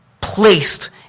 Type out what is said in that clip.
placed